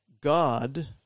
God